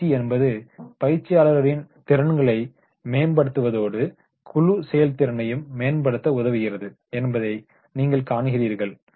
பயிற்சி என்பது பயிற்சியாளர்களின் திறன்களை மேம்படுத்துவதோடு குழு செயல்திறனையும் மேம்படுத்த உதவுகிறது என்பதை நீங்கள் காண்கிறீர்கள்